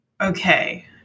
Okay